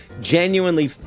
genuinely